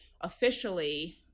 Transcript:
officially